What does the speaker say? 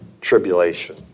tribulation